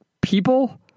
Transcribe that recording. people